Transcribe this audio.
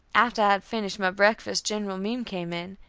after i had finished my breakfast, general meem came in.